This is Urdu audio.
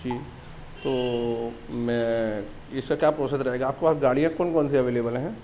جی تو میں اس کا کیا پروسیس رہے گا آپ کے پاس گاڑیاں کون کون سی اویلیبل ہیں